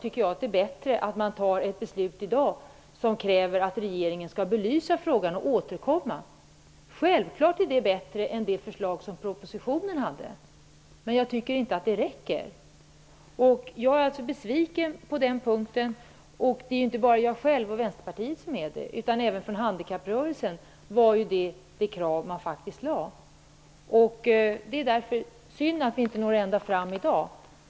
Självfallet är ett beslut -- som vi kan fatta i dag -- som innebär att regeringen skall belysa frågan och återkomma bättre än det förslag som finns i propositionen. Men jag tycker inte att det räcker. Jag är besviken på den punkten. Det är inte bara jag själv och Vänsterpartiet som är det. Detta var ju ett krav som handikapprörelsen hade. Därför är det synd att vi inte når ända fram i dag.